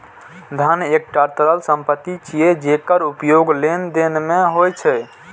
धन एकटा तरल संपत्ति छियै, जेकर उपयोग लेनदेन मे होइ छै